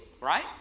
right